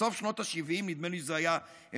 בסוף שנות השבעים, נדמה לי שזה היה ב-1978,